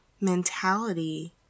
mentality